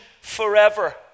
forever